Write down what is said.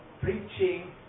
preaching